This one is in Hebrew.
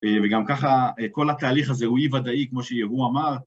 וגם ככה, כל התהליך הזה הוא אי-וודאי, כמו שהוא אמר.